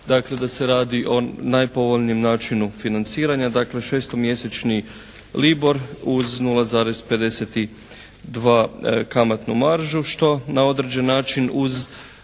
da se radi o najpovoljnijem načinu financiranja, šestomjesečni libor uz 0,52 kamatnu maržu što na određen način uz